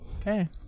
Okay